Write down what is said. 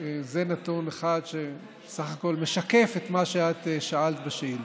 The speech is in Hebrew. זה נתון אחד שבסך הכול משקף את מה שאת שאלת בשאילתה.